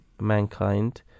mankind